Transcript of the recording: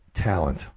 talent